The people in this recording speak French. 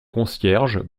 concierges